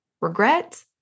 regret